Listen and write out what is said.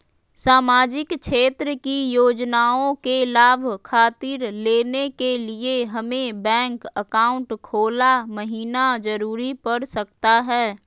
सामाजिक क्षेत्र की योजनाओं के लाभ खातिर लेने के लिए हमें बैंक अकाउंट खोला महिना जरूरी पड़ सकता है?